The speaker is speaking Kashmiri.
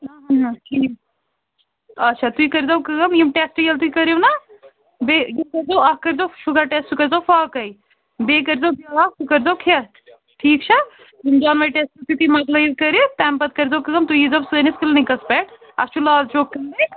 ٹھیٖک اَچھا تُہۍ کٔرۍزیٚو کٲم یِم ٹٮ۪سٹہٕ ییٚلہِ تُہۍ کٔرِو نا بیٚیہِ اکھ کٔرۍزیٚو شُگر ٹٮ۪سٹہٕ سُہ کٔرۍزیٚو فاقے بیٚیہِ کٔرۍزیٚو بیٛاکھ سُہ کٔرۍزیٚو کھٮ۪تھ ٹھیٖک چھا یِم دۄنوے ٹٮ۪سٹہِ یُتھے مۄکلایو کٔرِتھ تمہِ پتہٕ کٔرۍزیٚو کٲم تُہۍ ییٖزیٚو سٲنِس کِلنکس پٮ۪ٹھ اَسہِ چھُ لال چوک کِلنِک